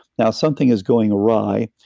now something is going awry,